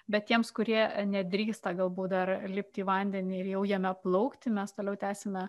bet tiems kurie nedrįsta galbūt dar lipti į vandenį ir jau jame plaukti mes toliau tęsime